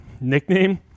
Nickname